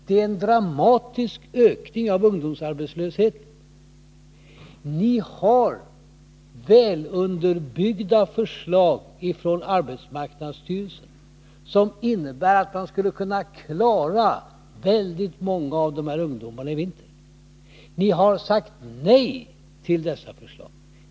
Det är en dramatisk ökning av ungdomsarbetslösheten. Ni har välunderbyggda förslag från arbetsmarknadsstyrelsen, vilka innebär att man skulle kunna klara jobben åt väldigt många av de här ungdomarna i vinter, men ni har sagt nej till dessa förslag.